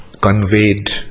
conveyed